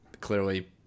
clearly